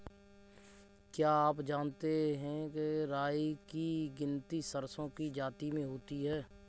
क्या आप जानते है राई की गिनती सरसों की जाति में होती है?